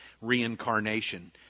reincarnation